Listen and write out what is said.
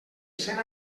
cent